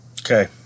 Okay